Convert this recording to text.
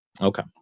Okay